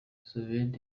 roosevelt